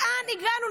לאן הגענו?